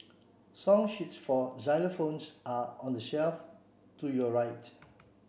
song sheets for xylophones are on the shelf to your right